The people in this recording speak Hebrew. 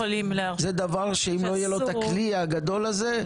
זה דבר שאם לא יהיה לו את הכלי הגדול הזה,